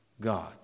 God